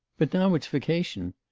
but now it's vacation.